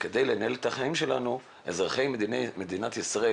וכדי לנהל את החיים שלנו אזרחי מדינת ישראל